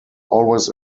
always